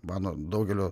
mano daugelio